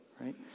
right